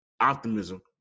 optimism